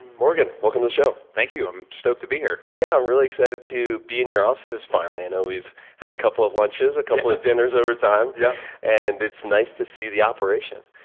morgan, welcome to the show. thank you. i'm stoked to be here. yeah. i'm really excited to be in your offices finally. i know we've had a couple of lunches, a couple of dinners over time. yeah and it's nice to see the operation.